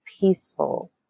peaceful